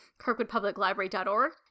Kirkwoodpubliclibrary.org